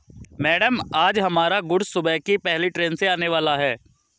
madam आज हमारा goods सुबह की पहली ट्रैन से आने वाला है